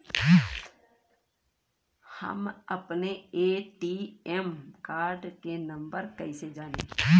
हम अपने ATM card के नंबर कइसे जानी?